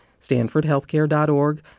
stanfordhealthcare.org